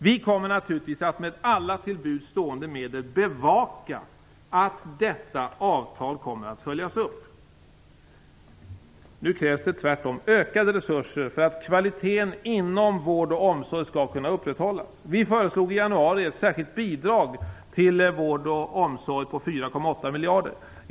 Vi kommer naturligtvis att med alla till buds stående medel bevaka att detta avtal kommer att följas upp. Nu krävs det tvärtom ökade resurser för att kvaliteten inom vård och omsorg skall kunna upprätthållas. Vi föreslog i januari ett särskilt bidrag till vård och omsorg på 4,8 miljarder kronor.